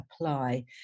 apply